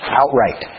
outright